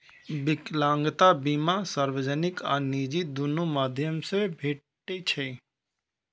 विकलांगता बीमा सार्वजनिक आ निजी, दुनू माध्यम सं भेटै छै